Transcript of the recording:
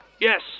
Yes